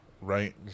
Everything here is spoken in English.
right